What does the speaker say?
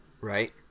Right